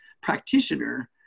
practitioner